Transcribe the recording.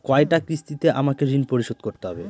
কয়টা কিস্তিতে আমাকে ঋণ পরিশোধ করতে হবে?